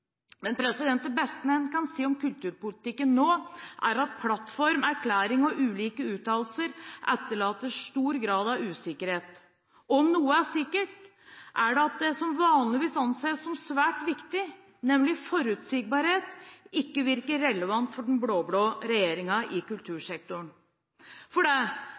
Det beste en kan si om kulturpolitikken nå, er at plattform, erklæring og ulike uttalelser etterlater stor grad av usikkerhet. Om noe er sikkert, er det dette at det som vanligvis anses som svært viktig i kultursektoren – nemlig forutsigbarhet – ikke virker relevant for den